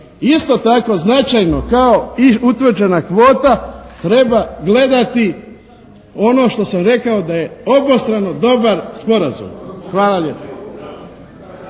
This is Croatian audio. isto tako značajno kao i utvrđena kvota treba gledati ono što sam rekao da je obostrano dobar sporazum. Hvala lijepa.